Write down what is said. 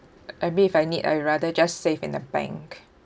I mean if I need I rather just save in the bank